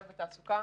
התעסוקה.